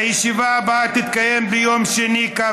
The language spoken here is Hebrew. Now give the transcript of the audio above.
הישיבה הבאה תתקיים ביום שני,